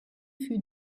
fut